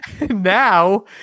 Now